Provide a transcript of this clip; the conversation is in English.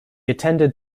attended